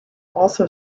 also